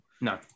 No